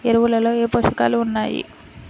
ఎరువులలో ఏ పోషకాలు ఉన్నాయి?